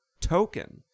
token